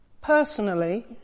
Personally